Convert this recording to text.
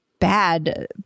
bad